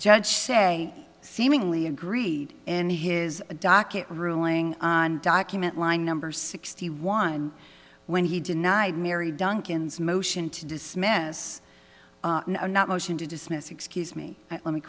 judge shay seemingly agreed in his docket ruling on document line number sixty one when he denied mary duncan's motion to dismiss or not motion to dismiss excuse me let me